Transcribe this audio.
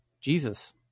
Jesus